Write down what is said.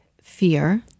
fear